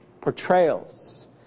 portrayals